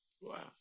Wow